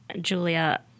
Julia